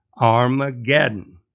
Armageddon